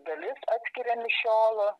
dalis atskiria mišiolo